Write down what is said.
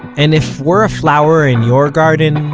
and if we're a flower in your garden,